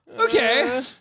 Okay